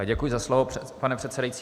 Děkuji za slovo, pane předsedající.